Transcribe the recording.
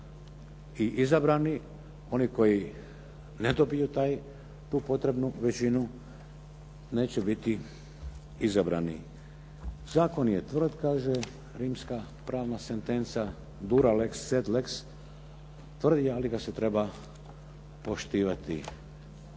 i izabrani. Oni koji ne dobiju tu potrebnu većinu neće biti izabrani. Zakon je tvrd, kaže rimska pravna sentenca, dura lex sed lex. Tvrd je, ali ga se treba poštivati